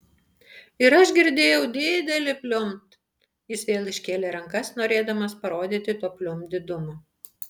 ir aš girdėjau didelį pliumpt jis vėl iškėlė rankas norėdamas parodyti to pliumpt didumą